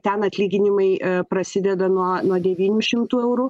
ten atlyginimai prasideda nuo nuo devynių šimtų eurų